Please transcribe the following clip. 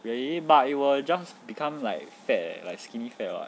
really but it will just become like fat like skinny fat [what]